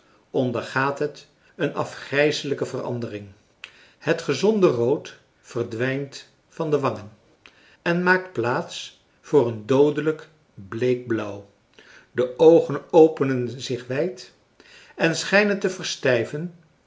ondergaat het een afgrijselijke verandering het gezonde rood verdwijnt van de wangen en maakt plaats voor een doodelijk bleekblauw de oogen openen zich wijd en schijnen te verstijven